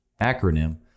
acronym